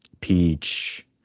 peach